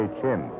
chin